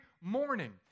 morning